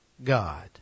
God